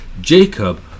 Jacob